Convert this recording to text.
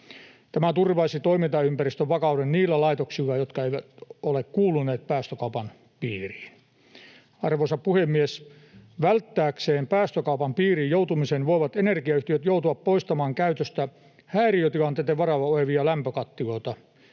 Tämä turvaisi toimintaympäristön vakauden niille laitoksille, jotka eivät ole kuuluneet päästökaupan piiriin. Arvoisa puhemies! Välttääkseen päästökaupan piiriin joutumisen voivat energiayhtiöt joutua poistamaan käytöstä häiriötilanteitten varalla olevia lämpökattiloita,